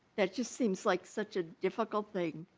that just seems like such a difficult thing.